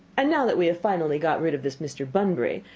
and now that we have finally got rid of this mr. bunbury,